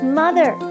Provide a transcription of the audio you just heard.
mother